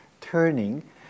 turning